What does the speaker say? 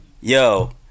yo